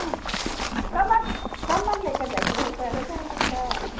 कंबल कंबल लेके जाएके होतै रजाइ लेके